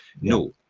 no